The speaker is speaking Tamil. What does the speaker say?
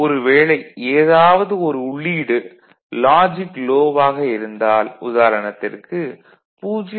ஒரு வேளை ஏதாவது ஒரு உள்ளீடு லாஜிக் லோ ஆக இருந்தால் உதாரணத்திற்கு 0